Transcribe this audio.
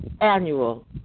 annual